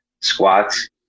Squats